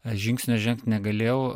aš žingsnio žengt negalėjau